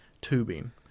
tubing